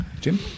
Jim